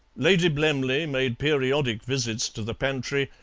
lady blemley made periodic visits to the pantry,